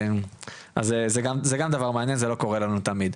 זה גם מעניין, זה לא קורה לנו תמיד.